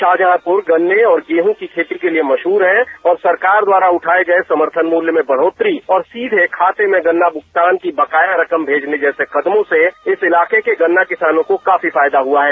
शाहजहांपुर गन्ने और गेहूं की खेती के लिए मशहूर है और सरकार द्वारा उठाए गए समर्थन मूल्य में बढ़ोत्तरी और सीधे खाते में गन्ना भुगतान की बकाया रकम भेजने जैसे कदमों से इस इलाके के गन्ना किसानों को काफी फायदा हुआ है